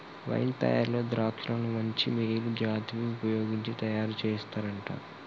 wine తయారీలో ద్రాక్షలను మంచి మేలు జాతివి వుపయోగించి తయారు చేస్తారంట